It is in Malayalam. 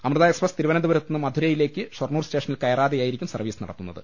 അമൃത എക്സ്പ്ര്യസ് തിരുവനന്തപുരത്ത് നിന്ന് മധുരയിലേക്ക് ഷൊർണൂർ സ്റ്റേഷനിൽ കയറാതെയായിരിക്കും സർവീസ് നടത്തു ന്നത്